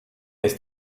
ist